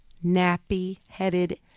Nappy-headed